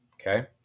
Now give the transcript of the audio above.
Okay